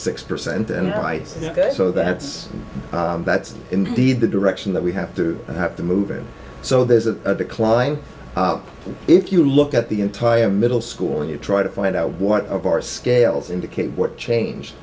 six percent and i so that's that's indeed the direction that we have to have to move it so there's a decline if you look at the entire middle school and you try to find out what of our scales indicate what changed